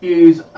use